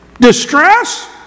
distress